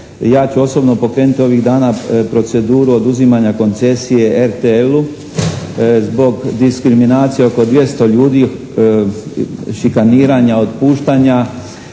Ja ću osobno pokrenuti ovih dana proceduru oduzimanja koncesije RTL-u zbog diskriminacije oko 200 ljudi, šikaniranja, otpuštanja